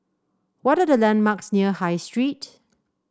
what are the landmarks near High Street